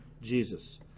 Jesus